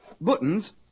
Buttons